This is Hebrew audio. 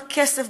בכסף,